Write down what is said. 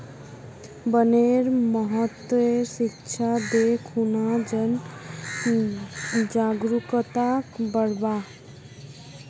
वनेर महत्वेर शिक्षा दे खूना जन जागरूकताक बढ़व्वा